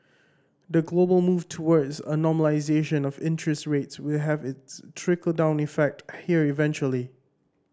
the global move towards a normalisation of interest rates will have its trickle down effect here eventually